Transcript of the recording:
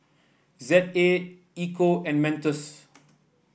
Z A Ecco and Mentos